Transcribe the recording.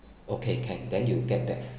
okay can then you get back